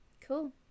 cool